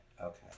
okay